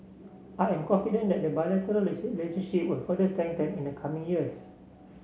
I am confident that the bilateral will further in the coming years